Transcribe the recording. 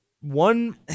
one